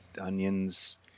onions